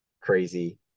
crazy